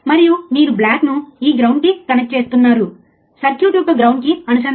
మూడవది ఓసిల్లోస్కోప్తో అవుట్పుట్ తరంగ రూపాన్ని గమనించండి